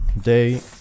day